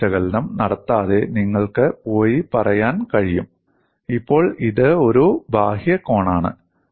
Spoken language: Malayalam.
സ്ട്രെസ് വിശകലനം നടത്താതെ നിങ്ങൾക്ക് പോയി പറയാൻ കഴിയും ഇപ്പോൾ ഇത് ഒരു ബാഹ്യ കോണാണ്